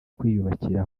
kwiyubakira